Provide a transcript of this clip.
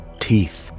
teeth